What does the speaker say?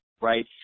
right